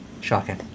Shocking